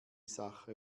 sache